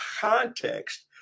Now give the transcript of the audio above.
context